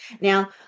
Now